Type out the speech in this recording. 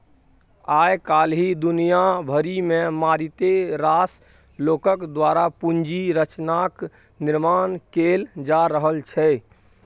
आय काल्हि दुनिया भरिमे मारिते रास लोकक द्वारा पूंजी संरचनाक निर्माण कैल जा रहल छै